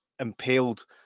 impaled